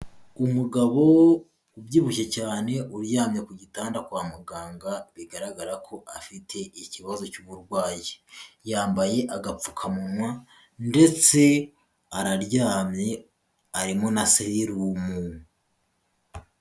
Umugabo ubyibushye cyane uryamye ku gitanda kwa muganga bigaragara ko afite ikibazo cy'uburwayi, yambaye agapfukamunwa ndetse araryamye arimo na serumu.